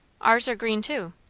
ours are green too.